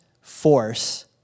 force